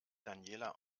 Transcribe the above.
daniela